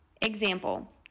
Example